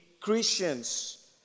Christians